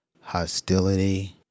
hostility